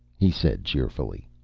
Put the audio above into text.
he said cheerfully.